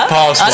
past